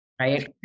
Right